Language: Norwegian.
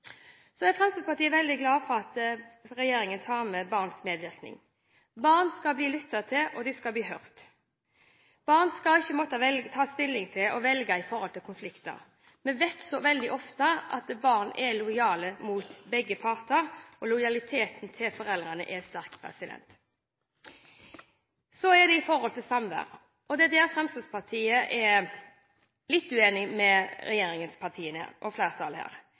Fremskrittspartiet er veldig glad for at regjeringen har med dette med barns medvirkning. Barn skal bli lyttet til, og de skal bli hørt. Barn skal ikke måtte ta stilling og velge i konflikter. Vi vet veldig ofte at barn er lojale mot begge parter, og lojaliteten til foreldrene er sterk. Så gjelder det samvær. Der er Fremskrittspartiet litt uenig med regjeringspartiene og flertallet. Det er